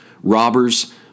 robbers